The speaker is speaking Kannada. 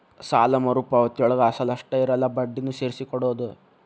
ಸಾಲ ಮರುಪಾವತಿಯೊಳಗ ಅಸಲ ಅಷ್ಟ ಇರಲ್ಲ ಬಡ್ಡಿನೂ ಸೇರ್ಸಿ ಕೊಡೋದ್